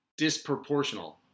disproportional